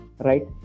right